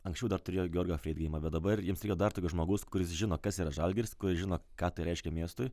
anksčiau dar turėjo georgą freidgeimą bet dabar jiems reikia dar tokio žmogaus kuris žino kas yra žalgiris kuris žino ką tai reiškia miestui